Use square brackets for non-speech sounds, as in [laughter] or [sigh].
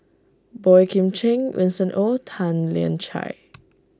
Boey Kim Cheng Winston Oh Tan Lian Chye [noise]